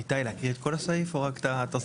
איתי, להקריא את כל הסעיף או רק את התוספת?